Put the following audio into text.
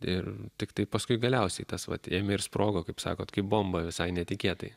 ir tiktai paskui galiausiai tas vat ėmė ir sprogo kaip sakot kaip bomba visai netikėtai